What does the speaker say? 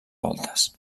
voltes